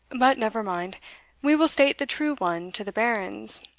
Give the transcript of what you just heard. but never mind we will state the true one to the barons,